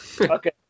Okay